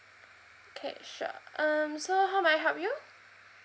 okay sure um so how may I help you